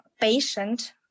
patient